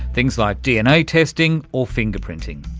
things like dna-testing or finger-printing.